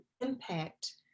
impact